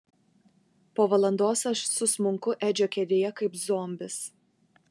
po valandos aš susmunku edžio kėdėje kaip zombis